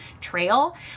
trail